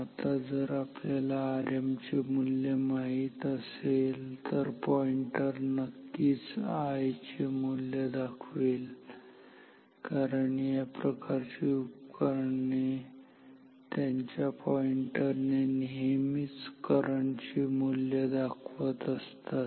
आता जर आपल्याला Rm चे मूल्य माहित असेल तर पॉईंटर नक्कीच I चे मूल्य दर्शवेल कारण या प्रकारची उपकरणे त्यांच्या पॉईंटर ने नेहमीच करंट चे मूल्य दर्शवित असतात